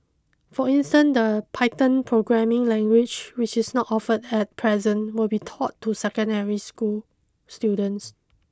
for instance the Python programming language which is not offered at present will be taught to secondary school students